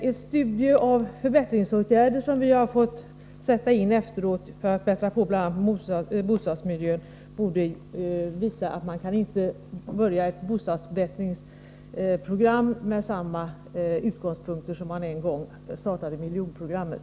Ett studium av de åtgärder vi har fått sätta in för att förbättra bl.a. bostadsmiljön borde visa att man inte nu kan påbörja ett bostadsförbättringsprogram med samma utgångspunkter som man hade när man en gång startade miljonprogrammet.